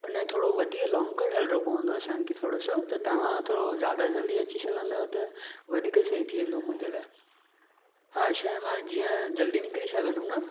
हुन थोरो वधीक लोंग कट हलिणो पवंदो असांखे थोरो सो त तव्हां थोरो ज्यादा जल्दी अची सघंदव त वधीक सही थी वेंदो मुंहिंजे लाइ हा छाहे न जीअं जल्दी निकिरी सघंदुमि न